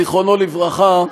זיכרונו לברכה,